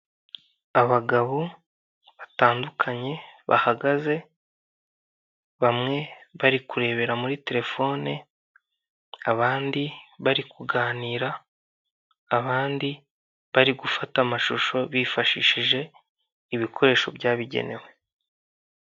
Abagabo batandukanye bahagaze, bamwe bari kurebera muri telefone, abandi bari kuganira, abandi bari gufata amashusho bifashishije ibikoresho byabigenewe.